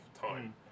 time